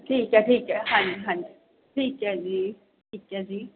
ਠੀਕ ਹੈ ਠੀਕ ਹੈ ਹਾਂਜੀ ਹਾਂਜੀ ਠੀਕ ਹੈ ਜੀ ਠੀਕ ਹੈ ਜੀ